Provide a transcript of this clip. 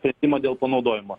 sprendimą dėl panaudojimo